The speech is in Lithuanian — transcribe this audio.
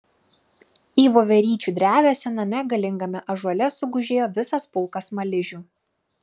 į voveryčių drevę sename galingame ąžuole sugužėjo visas pulkas smaližių